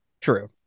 true